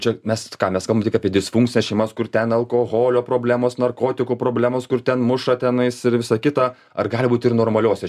čia mes ką mes kalbam tik apie disfunkcines šeimas kur ten alkoholio problemos narkotikų problemos kur ten muša tenais ir visa kita ar gali būti ir normaliose